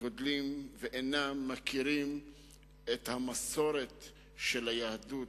גדלים ואינם מכירים את המסורת של היהדות,